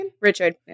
Richard